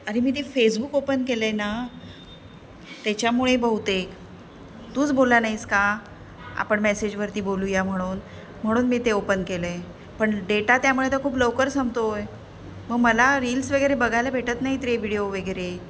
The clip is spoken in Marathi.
अरे मी ते फेसबुक ओपन केलं आहे ना त्याच्यामुळे बहुतेक तूच बोलला नाहीस का आपण मेसेजवरती बोलूया म्हणून म्हणून मी ते ओपन केलं आहे पण डेटा त्यामुळे आता खूप लवकर संपतो आहे मग मला रील्स वगैरे बघायला भेटत नाहीत रे व्हिडिओ वगैरे